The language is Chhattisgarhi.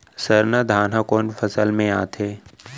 सरना धान ह कोन फसल में आथे?